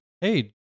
hey